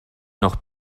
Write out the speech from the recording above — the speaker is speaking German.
noch